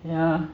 ya